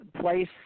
place